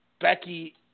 Becky